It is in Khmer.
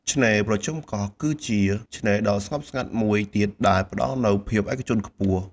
ឆ្នេរប្រជុំកោះ គឺជាឆ្នេរដ៏ស្ងប់ស្ងាត់មួយទៀតដែលផ្តល់នូវភាពឯកជនខ្ពស់។